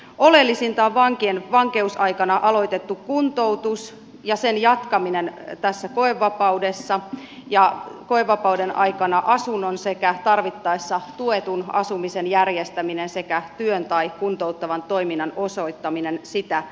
oleellisinta on vankien vankeusaikana aloitettu kuntoutus ja sen jatkaminen tässä koevapaudessa ja koevapauden aikana asunnon sekä tarvittaessa tuetun asumisen järjestäminen sekä työn tai kuntouttavan toiminnan osoittaminen sitä tarvitseville